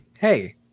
hey